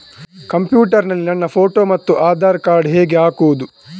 Computer ನಲ್ಲಿ ನನ್ನ photo ಮತ್ತು ಆಧಾರ್ ಕಾರ್ಡ್ ಹೇಗೆ ಹಾಕುವುದು?